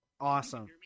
Awesome